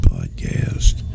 Podcast